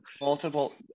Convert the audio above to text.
multiple